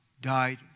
died